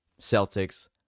Celtics